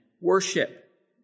worship